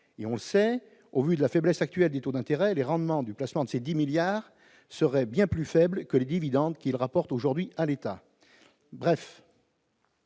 et on le sait, au vu de la faiblesse actuelle des taux d'intérêt, les rendements du placement de ces 10 milliards seraient bien plus faible que les dividendes qu'il rapporte aujourd'hui à l'État,